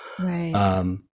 Right